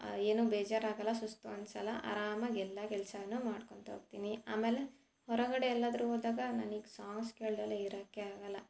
ಏನು ಬೇಜಾರು ಆಗಲ್ಲ ಸುಸ್ತು ಅನಿಸಲ್ಲ ಆರಾಮಾಗಿ ಎಲ್ಲ ಕೆಲಸನು ಮಾಡ್ಕೋತ ಹೋಗ್ತೀನಿ ಆಮೇಲೆ ಹೊರಗಡೆ ಎಲ್ಲಾದ್ರು ಹೋದಾಗ ನನಿಗೆ ಸಾಂಗ್ಸ್ ಕೇಳದೆಲೆ ಇರಕ್ಕೆ ಆಗಲ್ಲ